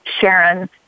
Sharon